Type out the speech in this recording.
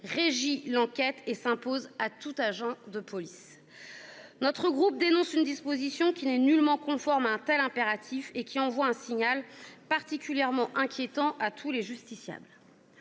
régit l'enquête et s'impose à tout agent de police. Le groupe CRCE dénonce une disposition qui n'est nullement conforme à un tel impératif et qui envoie un signal particulièrement inquiétant à tous les justiciables.